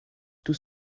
tout